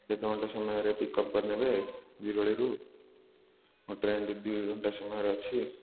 ଏକ ଘଣ୍ଟା ସମୟରେ ପିକଅପ୍ କରି ନେବେ ଜିରଳିରୁ ମୋ ଟ୍ରେନ୍ଟି ଦୁଇ ଘଣ୍ଟା ସମୟରେ ଅଛି